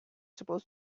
supposed